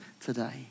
today